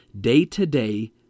day-to-day